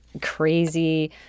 crazy